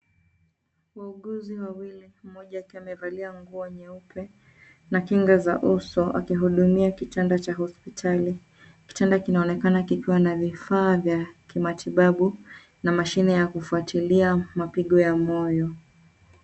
Wauguzi Wawili mmoja akiwa amevalia nguo nyeupe na kingacza uso akihudumia kitanda cha hospitali. Kitanda kinaonekana kikiwa na vifaa vya kimatibabu na mashine ya kufuatilia mapigo ya moyo.